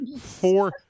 Four